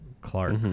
Clark